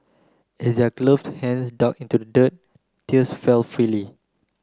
as their gloved hands dug into the dirt tears fell freely